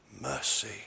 mercy